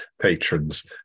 patrons